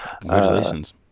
congratulations